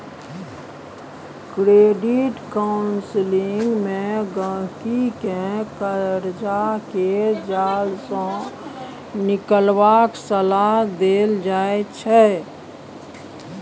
credit counselling मे गहिंकी केँ करजा केर जाल सँ निकलबाक सलाह देल जाइ छै